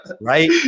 right